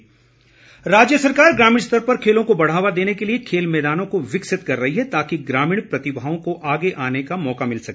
राजेन्द्र गर्ग राज्य सरकार ग्रामीण स्तर पर खेलों को बढ़ावा देने के लिए खेल मैदानों को विकसित कर रही है ताकि ग्रामीण प्रतिभाओं को आगे आने का मौका मिल सके